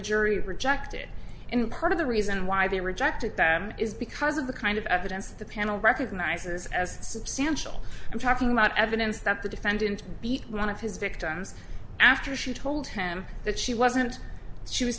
jury rejected in part of the reason why they rejected that is because of the kind of evidence the panel recognizes as substantial i'm talking about evidence that the defendant beat one of his victims after she told him that she wasn't she was